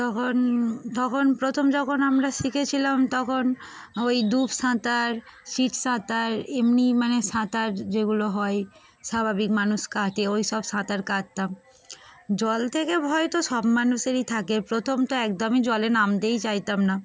তখন তখন প্রথম যখন আমরা শিখেছিলাম তখন ওই ডুব সাঁতার শিখে সাঁতার এমনি মানে সাঁতার যেগুলো হয় স্বাভাবিক মানুষ কাটে ওই সব সাঁতার কাটতাম জল থেকে ভয় তো সব মানুষেরই থাকে প্রথম তো একদমই জলে নামতেই চাইতাম না